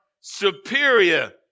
superior